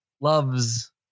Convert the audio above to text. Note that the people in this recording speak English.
Loves